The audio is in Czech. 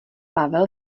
pavel